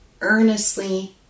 earnestly